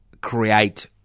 create